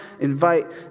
invite